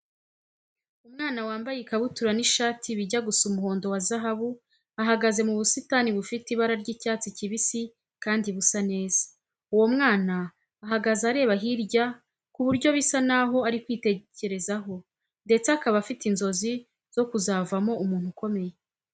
Umwana wambaye ikabutura n'ishati bijya gusa umuhondo wa zahabu ahagaze mu busitani bufite ibara ry'icyatsi kibisi kandi busa neza. Uwo mwana ahagaze areba hirya ku buryo bisa n'aho ari kwitekerezaho ndetse akaba afite inzozi zo kuzavamo umuntu ukomeye.